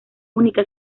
única